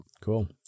Cool